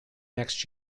next